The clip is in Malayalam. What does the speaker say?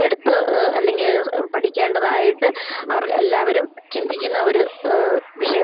എടുത്ത് അല്ലെങ്കിൽ പഠിക്കേണ്ടതായിട്ട് അവർ എല്ലാവരും ചിന്തിക്കുന്ന ഒരു വിഷയം